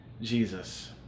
Jesus